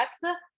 correct